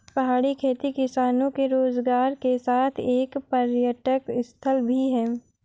पहाड़ी खेती किसानों के रोजगार के साथ एक पर्यटक स्थल भी है